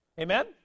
Amen